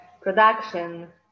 production